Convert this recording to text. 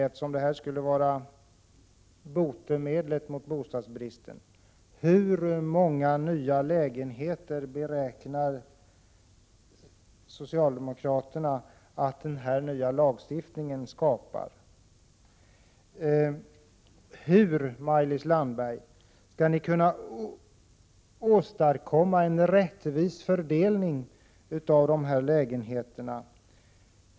Eftersom denna lag skulle vara botemedlet mot bostadsbristen vill jag fråga Maj-Lis Landberg: Hur många nya lägenheter beräknar socialdemokraterna att den nya lagstiftningen skapar? Hur skall ni kunna åstadkomma en rättvis fördelning av dessa lägenheter?